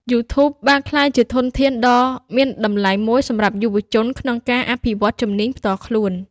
YouTube បានក្លាយជាធនធានដ៏មានតម្លៃមួយសម្រាប់យុវជនក្នុងការ អភិវឌ្ឍជំនាញផ្ទាល់ខ្លួន។